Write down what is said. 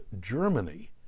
Germany